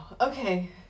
Okay